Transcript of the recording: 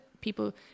people